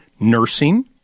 Nursing